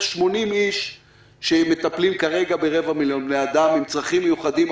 80 אנשים שמטפלים כרגע ברבע מיליון בני אדם עם צרכים מיוחדים,